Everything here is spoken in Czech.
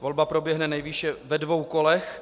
Volba proběhne nejvýše ve dvou kolech.